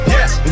Yes